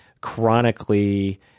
chronically